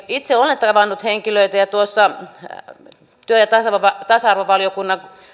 itse olen tavannut henkilöitä ja työ ja tasa arvovaliokunnan